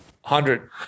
hundred